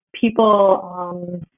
people